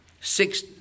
six